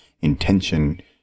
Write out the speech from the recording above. intention